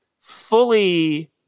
fully